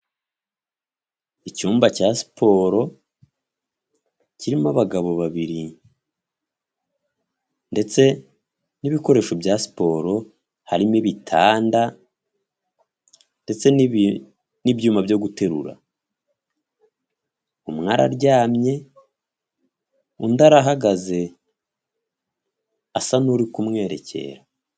Icyumba cya siporo kirimo abagabo babiri ndetse n'ibikoresho bya siporo, harimo ibitanda n'ibyuma byo guterura, umwe araryamye undi arahagaze asa n'uri kumwerekera.